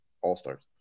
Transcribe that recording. all-stars